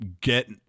get